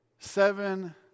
Seven